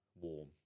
Warm